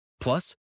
Plus